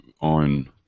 on